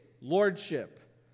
lordship